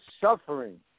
suffering